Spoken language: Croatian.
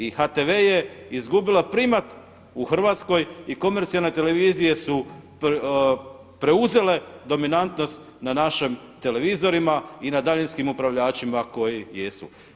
I HTV je izgubila primat u Hrvatskoj i komercijalne televizije su preuzele dominantnost na našim televizorima i na daljinskim upravljačima koji jesu.